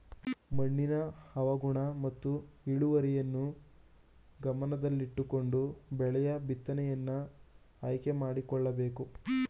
ಮಣ್ಣಿನ ಹವಾಗುಣ ಮತ್ತು ಇಳುವರಿಯನ್ನು ಗಮನದಲ್ಲಿಟ್ಟುಕೊಂಡು ಬೆಳೆಯ ಬಿತ್ತನೆಯನ್ನು ಆಯ್ಕೆ ಮಾಡಿಕೊಳ್ಳಬೇಕು